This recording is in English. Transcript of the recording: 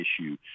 issue